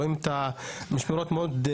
רואים את המשמרות הארוכות מאוד,